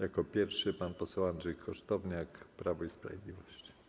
Jako pierwszy pan poseł Andrzej Kosztowniak, Prawo i Sprawiedliwość.